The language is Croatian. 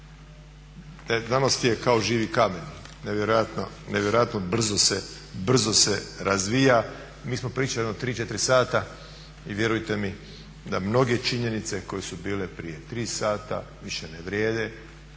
znanost je kao živi kamen, nevjerojatno brzo se razvija. Mi smo pričali jedno 3, 4 sata i vjerujte mi da mnoge činjenice koje su bile prije 3 sata više ne vrijede,